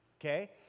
Okay